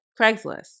Craigslist